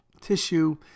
tissue